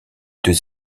deux